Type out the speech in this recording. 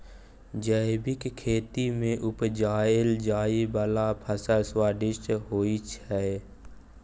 जैबिक खेती मे उपजाएल जाइ बला फसल स्वादिष्ट होइ छै